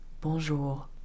bonjour